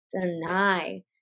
deny